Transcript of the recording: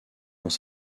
dans